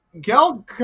Gal